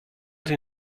sie